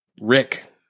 Rick